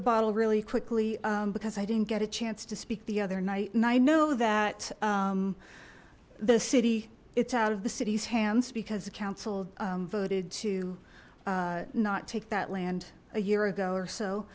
the bottle really quickly because i didn't get a chance to speak the other night and i know that the city it's out of the city's hands because the council voted to not take that land a year ago or so